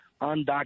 undocumented